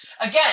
again